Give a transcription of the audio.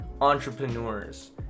entrepreneurs